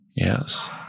Yes